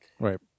right